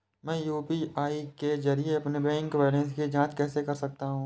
मैं यू.पी.आई के जरिए अपने बैंक बैलेंस की जाँच कैसे कर सकता हूँ?